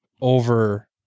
over